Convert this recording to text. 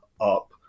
up